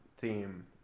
theme